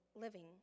living